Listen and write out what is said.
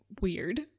weird